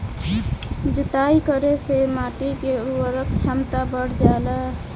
जुताई करे से माटी के उर्वरक क्षमता बढ़ जाला